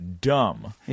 dumb